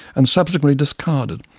and subsequently discarded.